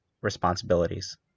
responsibilities